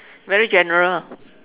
very general